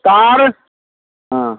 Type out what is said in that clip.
तार हाँ